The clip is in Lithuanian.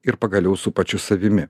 ir pagaliau su pačiu savimi